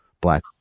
black